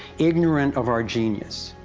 ignorant of our genius,